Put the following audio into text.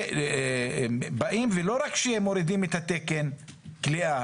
ולא רק שמורידים את תקן הכליאה,